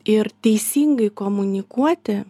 ir teisingai komunikuoti